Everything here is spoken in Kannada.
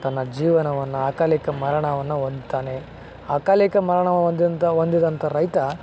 ತನ್ನ ಜೀವನವನ್ನು ಅಕಾಲಿಕ ಮರಣವನ್ನು ಹೊಂದ್ತಾನೆ ಅಕಾಲಿಕ ಮರಣ ಹೊಂದಿದಂತ ಹೊಂದಿದಂತ ರೈತ